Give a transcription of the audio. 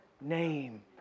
name